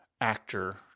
actor